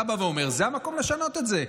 אתה בא ואומר: זה המקום לשנות את זה.